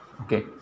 okay